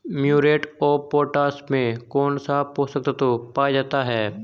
Muriate of potash में कौन सा पोषक तत्व पाया जाता है?